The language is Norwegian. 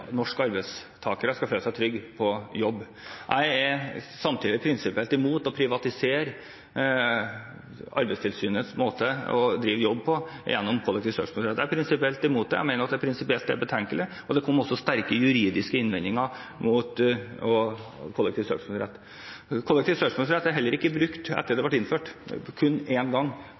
norske arbeidstakere skal føle seg trygge på jobb. Jeg er samtidig prinsipielt imot å privatisere Arbeidstilsynets måte å drive jobb på gjennom kollektiv søksmålsrett. Jeg er prinsipielt imot det. Jeg mener det prinsipielt er betenkelig, og det kom også sterke juridiske innvendinger mot kollektiv søksmålsrett. Kollektiv søksmålsrett er heller ikke brukt etter at den ble innført, kun en gang